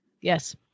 Yes